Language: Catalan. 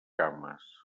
cames